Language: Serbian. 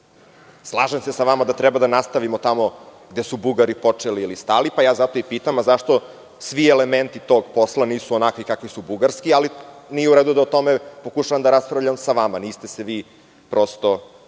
Slažem se sa vama da treba da nastavimo tamo gde su Bugari počeli ili stali, pa ja zato i pitam – zašto svi elementi tog posla nisu onakvi kakvi su bugarski? Ali nije u redu da o tome pokušavam da raspravljam sa vama, niste se vi time